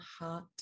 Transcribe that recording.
heart